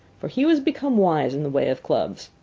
for he was become wise in the way of clubs.